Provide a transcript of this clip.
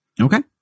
okay